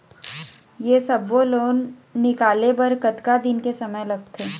ये सब्बो लोन निकाले बर कतका दिन के समय लगथे?